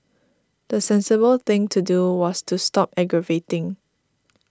the sensible thing to do was to stop aggravating